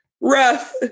rough